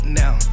now